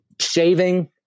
shaving